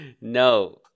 no